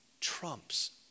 trumps